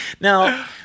Now